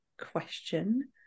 question